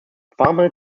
farnham